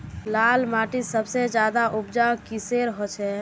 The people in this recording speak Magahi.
लाल माटित सबसे ज्यादा उपजाऊ किसेर होचए?